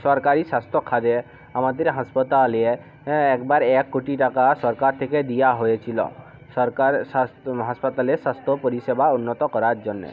সরকারি স্বাস্থ্য খাতে আমাদের হাসপাতালে একবার এক কোটি টাকা সরকার থেকে দিয়া হয়েছিলো সরকার স্বাস্থ্য হাসপাতালে স্বাস্থ্য পরিষেবা উন্নত করার জন্যে